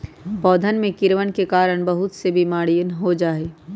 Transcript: पौधवन में कीड़वन के कारण बहुत से बीमारी हो जाहई